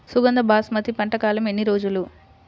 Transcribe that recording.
సుగంధ బాసుమతి పంట కాలం ఎన్ని రోజులు?